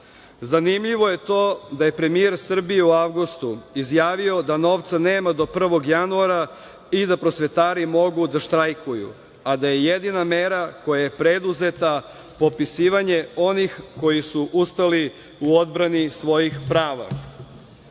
zarada. Zanimljivo je to da je premijer u avgustu izjavio da novca nema do 1. januara i da prosvetari mogu da štrajkuju, a da je jedina mera koja je preduzeta popisivanje onih koji su ustali u odbrani svojih prava.